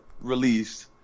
released